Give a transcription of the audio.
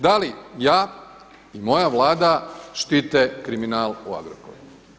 Da li ja i moja Vlada štite kriminal u Agrokoru.